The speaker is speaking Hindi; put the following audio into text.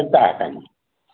कितना है टाइम